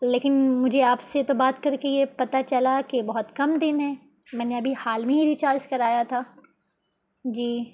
لیکن مجھے آپ سے تو بات کر کے یہ پتہ چلا کہ یہ بہت کم دن ہے میں نے ابھی حال میں ہی ریچارج کرایا تھا جی